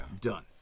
Done